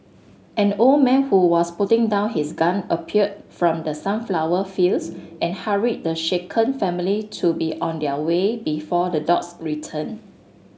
an old man who was putting down his gun appeared from the sunflower fields and hurried the shaken family to be on their way before the dogs return